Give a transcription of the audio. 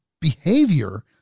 behavior